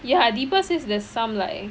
ya deepa says there's some like